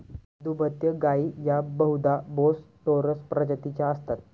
दुभत्या गायी या बहुधा बोस टोरस प्रजातीच्या असतात